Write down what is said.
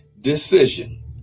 decision